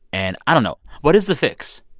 and i don't know. what is the fix?